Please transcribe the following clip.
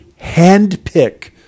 handpick